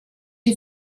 you